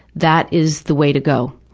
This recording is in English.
that is the way to go.